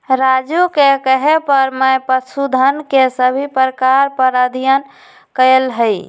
राजू के कहे पर मैं पशुधन के सभी प्रकार पर अध्ययन कैलय हई